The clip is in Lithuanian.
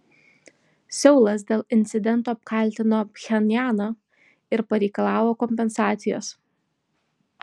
seulas dėl incidento apkaltino pchenjaną ir pareikalavo kompensacijos